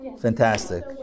Fantastic